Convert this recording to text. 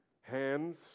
hands